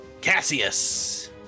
Cassius